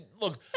look